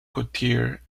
courtier